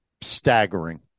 staggering